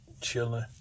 chilling